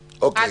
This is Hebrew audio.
חד-משמעית.